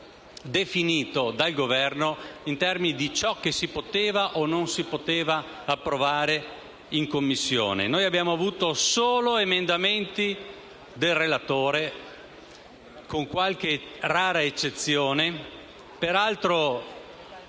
definito in termini di ciò che si poteva o non si poteva approvare in Commissione. Abbiamo avuto solo emendamenti del relatore, con qualche rara eccezione, peraltro